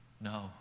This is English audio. No